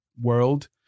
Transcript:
world